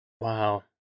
Wow